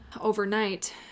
overnight